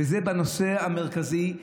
וזה בנושא המרכזי: